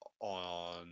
on